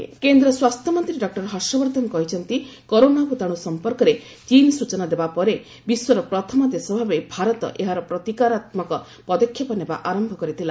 ହର୍ଷବର୍ଦ୍ଧନ କେନ୍ଦ୍ର ସ୍ୱାସ୍ଥ୍ୟ ମନ୍ତ୍ରୀ ଡକ୍ଟର ହର୍ଷ ବର୍ଦ୍ଧନ କହିଛନ୍ତି କରୋନା ଭୂତାଣୁ ସମ୍ପର୍କରେ ଚୀନ୍ ସ୍ଟଚନା ଦେବା ପରେ ବିଶ୍ୱର ପ୍ରଥମ ଦେଶ ଭାବେ ଭାରତ ଏହାର ପ୍ରତିକାରାତ୍ମକ ପଦକ୍ଷେପ ନେବା ଆରମ୍ଭ କରିଥିଲା